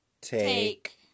Take